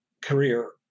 career